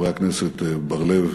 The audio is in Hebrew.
חברי הכנסת בר-לב